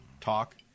talk